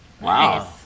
Wow